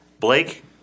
Blake